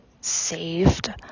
saved